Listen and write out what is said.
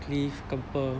clif 跟 pearl